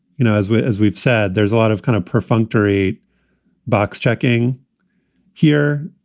you know as well as we've said, there's a lot of kind of profound. great box checking here.